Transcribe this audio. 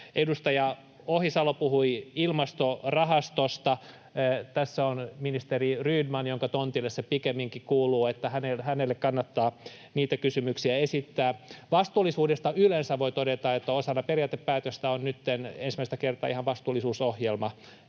Edustaja Ohisalo puhui Ilmastorahastosta. Tässä on ministeri Rydman, jonka tontille se pikemminkin kuuluu — hänelle kannattaa niitä kysymyksiä esittää. Vastuullisuudesta yleensä voi todeta, että osana periaatepäätöstä on nytten ensimmäistä kertaa ihan vastuullisuusohjelma,